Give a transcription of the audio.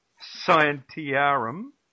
Scientiarum